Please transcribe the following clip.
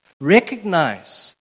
Recognize